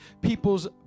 people's